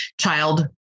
child